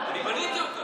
אני בניתי אותה.